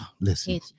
Listen